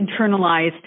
internalized